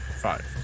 Five